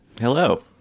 Hello